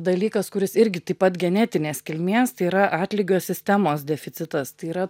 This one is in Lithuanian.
dalykas kuris irgi taip pat genetinės kilmės tai yra atlygio sistemos deficitas tai yra